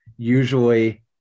Usually